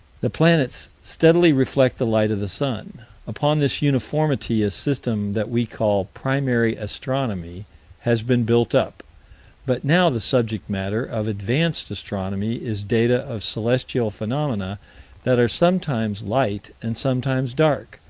the planets steadily reflect the light of the sun upon this uniformity a system that we call primary astronomy has been built up but now the subject-matter of advanced astronomy is data of celestial phenomena that are sometimes light and sometimes dark,